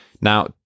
Now